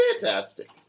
fantastic